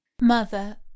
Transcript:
Mother